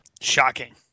Shocking